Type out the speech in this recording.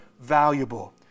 valuable